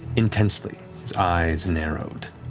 intensely, his eyes narrowed.